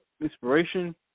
inspiration